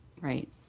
Right